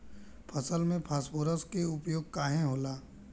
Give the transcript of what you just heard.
फसल में फास्फोरस के उपयोग काहे होला?